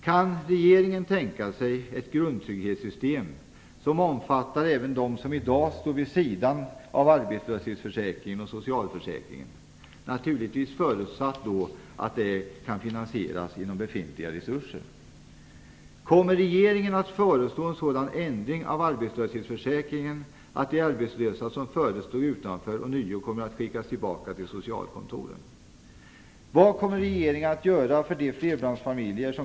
Kan regeringen tänka sig ett grundtrygghetssystem som omfattar även dem som i dag står vid sidan av arbetslöshetsföräkringen och socialförsäkringen, naturligtvis förutsatt att det kan finansieras inom befintliga resurser? Kommer regeringen att föreslå en sådan ändring av arbetslöshetsförsäkringen att de arbetslösa som förut stod utanför ånyo kommer att skickas tillbaka till socialkontoren.